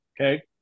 Okay